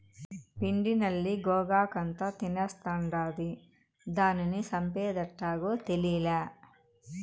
పిండి నల్లి గోగాకంతా తినేస్తాండాది, దానిని సంపేదెట్టాగో తేలీలా